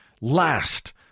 Last